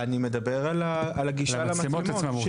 אני מדבר על הגישה למצלמות.